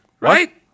right